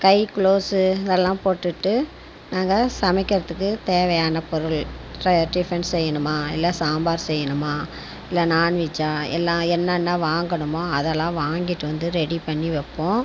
கை குலவுசு இதெல்லாம் போட்டுட்டு நாங்கள் சமைக்கிறதுக்கு தேவையான பொருள் டிபன் செய்யுணுமா இல்லை சாம்பார் செய்யுணுமா இல்லை நான் வெஜ்ஜா எல்லாம் என்னென்ன வாங்கணுமோ அதெல்லாம் வாங்கிட்டு வந்து ரெடி பண்ணி வைப்போம்